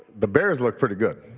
the bears look pretty good,